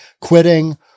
quitting